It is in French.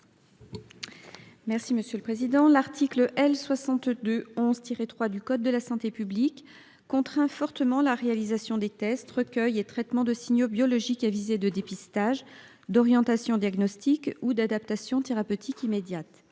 Martine Berthet. L'article L. 6211-3 du code de la santé publique contraint fortement la réalisation des tests, recueils et traitements de signaux biologiques à visée de dépistage, d'orientation diagnostique ou d'adaptation thérapeutique immédiate.